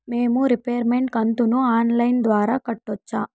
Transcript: మేము రీపేమెంట్ కంతును online ద్వారా కట్టొచ్చా